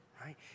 right